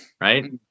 right